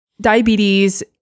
Diabetes